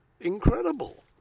Incredible